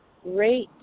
great